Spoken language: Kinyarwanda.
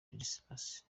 ladislas